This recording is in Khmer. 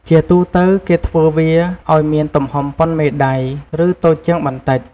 ជាទូទៅគេធ្វើវាឲ្យមានទំហំប៉ុនមេដៃ ឬតូចជាងបន្តិច។